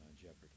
Jeopardy